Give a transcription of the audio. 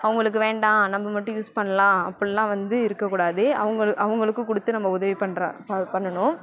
அவங்களுக்கு வேண்டாம் நம்ப மட்டும் யூஸ் பண்ணலாம் அப்பிட்லாம் வந்து இருக்கக்கூடாது அவங்கள் அவங்களுக்கும் கொடுத்து நம்ப உதவி பண்ணுறா ப பண்ணணும்